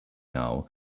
now